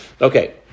okay